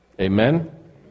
Amen